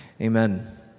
Amen